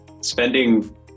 spending